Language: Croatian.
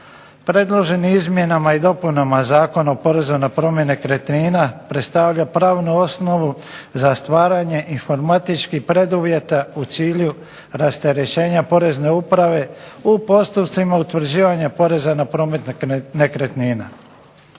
Predložene izmjene i dopune Zakona o porezu na promet nekretnina predstavlja pravnu osnovu za stvaranje informatičkih preduvjeta u cilju rasterećenja porezne uprave u postupcima utvrđivanja poreza na promet nekretnina.